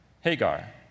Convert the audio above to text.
Hagar